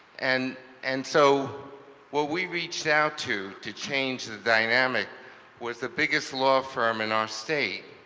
and and so what we reached out to to change the dynamic was the biggest law firm in our state.